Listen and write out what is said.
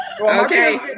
okay